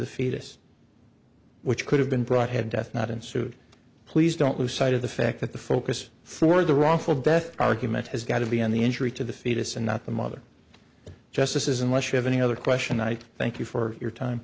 the fetus which could have been brought had death not ensued please don't lose sight of the fact that the focus for the wrongful death argument has got to be on the injury to the fetus and not the mother just this is unless you have any other question i thank you for your time